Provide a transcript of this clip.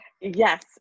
Yes